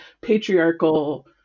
patriarchal